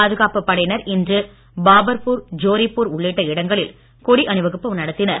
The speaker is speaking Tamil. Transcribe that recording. பாதுகாப்பு படையினர் இன்று பாபர்பூர் ஜோரிபூர் உள்ளிட்ட இடங்களில் கொடி அணிவகுப்பு நடத்தினர்